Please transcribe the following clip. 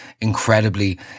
incredibly